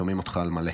שומעים אותך על מלא.